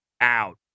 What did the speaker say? out